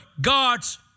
God's